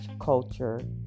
Culture